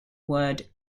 word